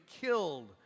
killed